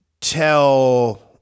tell